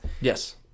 Yes